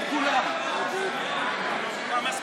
והפטורים ומס קנייה על טובין (הוראת שעה מס'